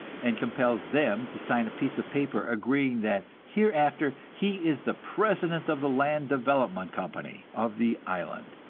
and compels them to sign a piece of paper agreeing that hereafter he is the president of the land development company of the island,